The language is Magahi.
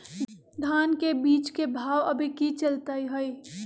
धान के बीज के भाव अभी की चलतई हई?